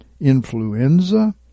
influenza